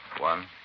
One